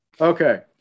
Okay